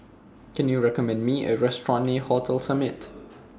Can YOU recommend Me A Restaurant near Hotel Summit